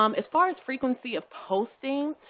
um as far as frequency of posting,